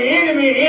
enemy